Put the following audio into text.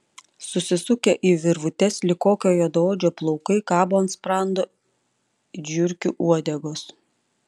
susisukę į virvutes lyg kokio juodaodžio plaukai kabo ant sprando it žiurkių uodegos